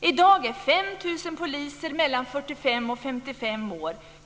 I dag är 5 000 poliser mellan 45 och 55 år.